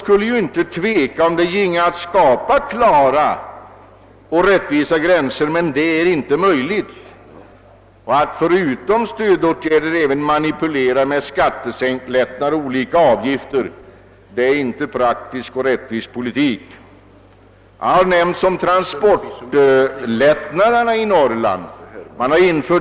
Om det hade gått att skapa klara och rättvisa gränser, så skulle utskottet inte ha tvekat. Men det är inte möjligt att göra det. Och det är inte praktisk och rättvis politik att förutom stödåtgärder också manipulera med skattelättnader och differentierade avgifter.